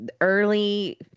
early